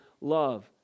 love